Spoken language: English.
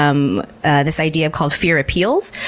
um ah this idea called fear appeals,